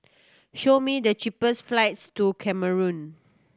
show me the cheapest flights to Cameroon